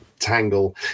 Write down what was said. Tangle